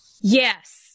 Yes